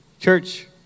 Church